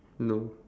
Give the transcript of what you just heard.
no